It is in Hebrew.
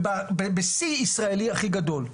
ובשיא ישראלי הכי גדול.